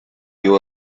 you